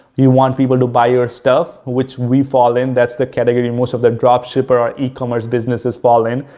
you want people to buy your stuff, which we fall in, that's the category and most of the drop shipper or ecommerce businesses fall in,